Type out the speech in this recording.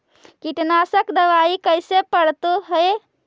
कीटनाशक दबाइ कैसे पड़तै है?